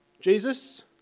Jesus